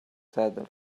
saddle